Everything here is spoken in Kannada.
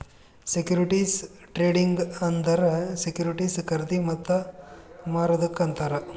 ಸೆಕ್ಯೂರಿಟಿಸ್ ಟ್ರೇಡಿಂಗ್ ಅಂದುರ್ ಸೆಕ್ಯೂರಿಟಿಸ್ ಖರ್ದಿ ಮತ್ತ ಮಾರದುಕ್ ಅಂತಾರ್